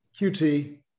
QT